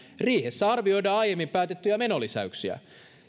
riihessä arvioidaan aiemmin päätettyjä menolisäyksiä